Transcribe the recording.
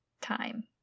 time